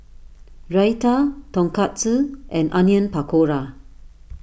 Raita Tonkatsu and Onion Pakora